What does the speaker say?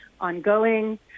ongoing